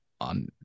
on